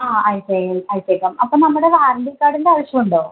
ആ ഐ പേയിൽ അയച്ചേക്കാം അപ്പോൾ നമ്മുടെ വാറണ്ടി കാർഡിൻറെ ആവശ്യം ഉണ്ടോ